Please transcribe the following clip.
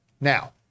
Now